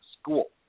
school